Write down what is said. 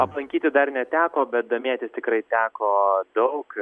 aplankyti dar neteko bet domėtis tikrai teko daug